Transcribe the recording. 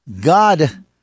God